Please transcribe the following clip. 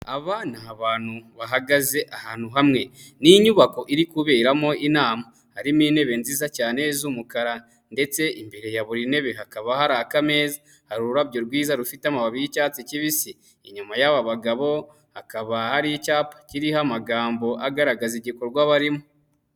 Aba ni abantu bahagaze ahantu hamwe, ni inyubako iri kuberamo inama harimo intebe nziza cyane z'umukara, ndetse imbere ya buri ntebe hakaba hari akameza, hari ururabyo rwiza rufite amababi y'icyatsi kibisi, inyuma y'aba bagabo hakaba hari icyapa kiriho amagambo agaragaza igikorwa barimo.